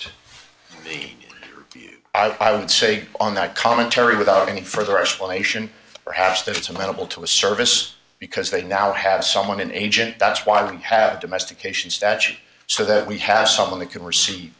the i would say on that commentary without any further explanation perhaps that it's amenable to a service because they now have someone an agent that's why we have domestication statute so that we have someone that can recei